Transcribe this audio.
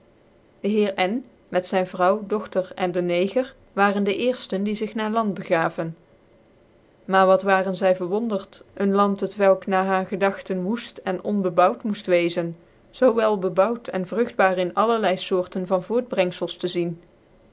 de heer n met zyn vrouw dogter cn de neger waren de eerftcn die zi na i and begaven maar wat waren zy verwondert ccn land t welk na haar gedagten woeft cn onbcbouwt tnoeft wezen zoo wel bebouwt en vragtbaar in allerlei foorten van voortbrcngfcls tc zien